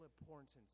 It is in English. importance